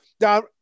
now